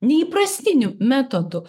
neįprastiniu metodu